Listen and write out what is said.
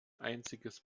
einziges